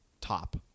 top